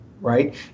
right